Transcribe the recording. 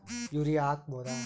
Urea ಹಾಕ್ ಬಹುದ?